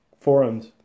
forums